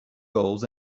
goals